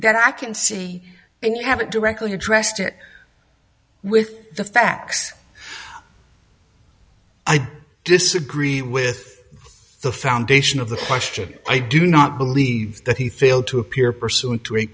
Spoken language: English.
that i can see and you haven't directly addressed it with the facts i'd disagree with the foundation of the question i do not believe that he failed to appear pursuant t